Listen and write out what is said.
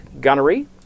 gunnery